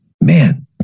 man